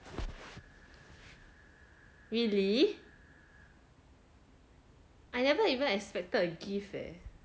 really I never even expected a gift leh